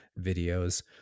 videos